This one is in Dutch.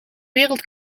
wereld